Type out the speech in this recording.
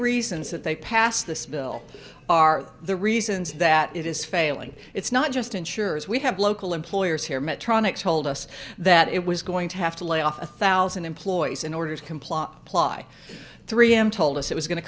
reasons that they passed this bill are the reasons that it is failing it's not just insurers we have local employers here medtronic told us that it was going to have to lay off a thousand employees in order to comply ply three am told us it was going to